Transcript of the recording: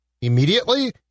immediately